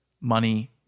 money